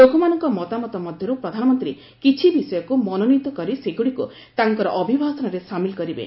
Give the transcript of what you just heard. ଲୋକମାନଙ୍କ ମତାମତ ମଧ୍ୟରୁ ପ୍ରଧାନମନ୍ତ୍ରୀ କିଛି ବିଷୟକୁ ମନୋନୀତ କରି ସେଗୁଡ଼ିକୁ ତାଙ୍କର ଅଭିଭାଷଣରେ ସାମିଲ କରିବେ